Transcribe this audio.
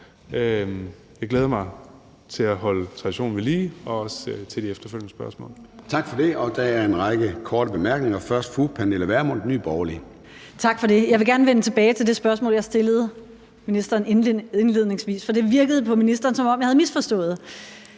Jeg glæder mig til at holde traditionen ved lige og også til de efterfølgende spørgsmål. Kl. 13:36 Formanden (Søren Gade): Tak for det. Der er en række korte bemærkninger. Først er det fru Pernille Vermund, Nye Borgerlige. Kl. 13:36 Pernille Vermund (NB): Tak for det. Jeg vil gerne vende tilbage til det spørgsmål, jeg stillede ministeren indledningsvis, for det virkede på ministeren, som om jeg havde misforstået